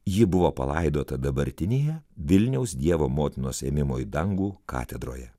ji buvo palaidota dabartinėje vilniaus dievo motinos ėmimo į dangų katedroje